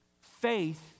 Faith